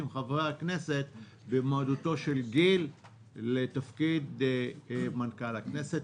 במועמדותו של גיל לתפקיד מנכ"ל הכנסת.